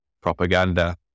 propaganda